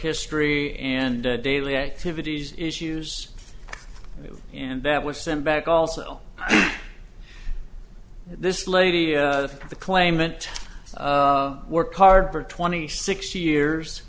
history and daily activities issues and that was sent back also this lady to the claimant to work hard for twenty six years